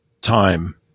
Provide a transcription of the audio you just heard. time